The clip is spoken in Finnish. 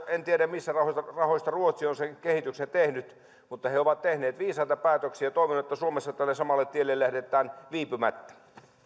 en tiedä mistä rahoista rahoista ruotsi on sen kehityksen tehnyt mutta he he ovat tehneet viisaita päätöksiä toivon että suomessa tälle samalle tielle lähdetään viipymättä